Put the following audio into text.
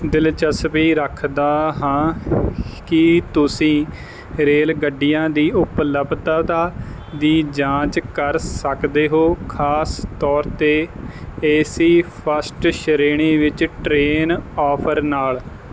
ਦਿਲਚਸਪੀ ਰੱਖਦਾ ਹਾਂ ਕੀ ਤੁਸੀਂ ਰੇਲ ਗੱਡੀਆਂ ਦੀ ਉਪਲੱਬਧਤਾ ਦਾ ਦੀ ਜਾਂਚ ਕਰ ਸਕਦੇ ਹੋ ਖਾਸ ਤੌਰ 'ਤੇ ਏ ਸੀ ਫਸਟ ਸ਼੍ਰੇਣੀ ਵਿੱਚ ਟਰੇਨ ਆਫਰ ਨਾਲ